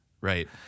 Right